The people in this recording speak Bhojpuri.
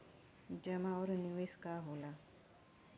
जमा और निवेश का होला?